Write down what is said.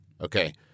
Okay